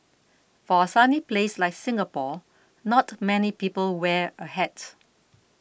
for a sunny place like Singapore not many people wear a hat